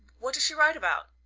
what does she write about?